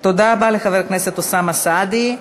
תודה רבה לחבר הכנסת אוסאמה סעדי.